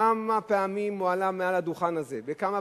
כמה פעמים הוא עלה על הדוכן הזה וכמה,